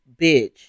bitch